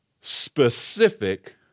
specific